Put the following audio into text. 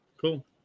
Cool